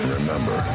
Remember